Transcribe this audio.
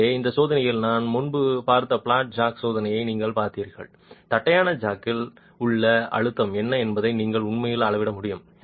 எனவே இந்த சோதனையில் நாம் முன்பு பார்த்த பிளாட் ஜாக் சோதனையை நீங்கள் பார்த்தீர்கள் தட்டையான ஜாக்கில் உள்ள அழுத்தம் என்ன என்பதை நீங்கள் உண்மையில் அளவிட முடியும்